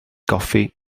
goffi